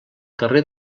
carrer